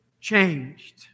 changed